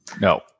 No